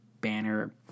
banner